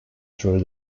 through